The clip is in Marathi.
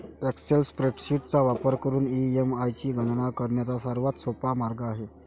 एक्सेल स्प्रेडशीट चा वापर करून ई.एम.आय ची गणना करण्याचा सर्वात सोपा मार्ग आहे